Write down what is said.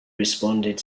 responded